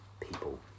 people